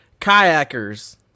kayakers